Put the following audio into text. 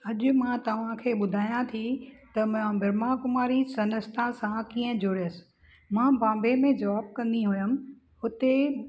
अॼु मां तव्हांखे ॿुधायां थी त मां ब्रह्मा कुमारी संस्था सां कीअं जुड़ियसि मां बॉम्बे जॉब कंदी हुअमि हुते